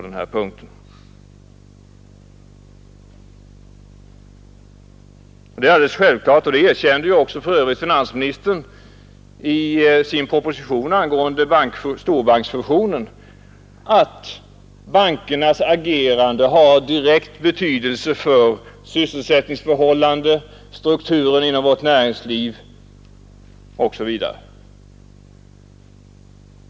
Det är också klart — och detta erkände för övrigt också finansministern i sin proposition angående storbanksfusionen — att bankernas agerande har direkt betydelse för sysselsättningsförhållandena och strukturen inom vårt näringsliv osv.